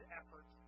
effort